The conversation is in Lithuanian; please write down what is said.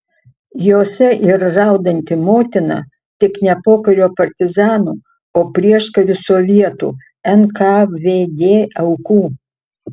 jose ir raudanti motina tik ne pokario partizanų o prieškariu sovietų nkvd aukų